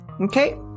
Okay